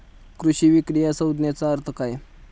कृषी विक्री या संज्ञेचा अर्थ काय?